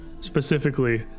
specifically